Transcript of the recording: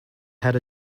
had